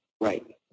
Right